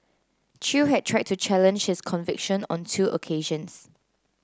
chew had tried to challenge his conviction on two occasions